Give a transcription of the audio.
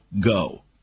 go